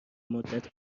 مدت